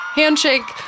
handshake